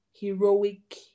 heroic